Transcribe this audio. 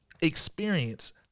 experience